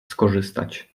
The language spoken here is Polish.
skorzystać